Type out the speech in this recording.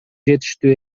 жетиштүү